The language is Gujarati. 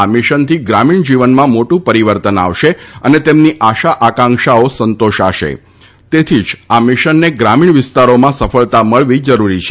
આ મિશનથી ગ્રામીણ જીવનમાં મોટું પરિવર્તન આવશે અને તેમની આશા આકાંક્ષાઓ સંતોષાશે તેથી જ આ મિશનને ગ્રામીણ વિસ્તારોમાં સફળતા મળવી જરૂરી છે